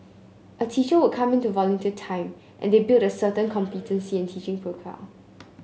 a teacher would come in to volunteer time and they build a certain competency and teaching profile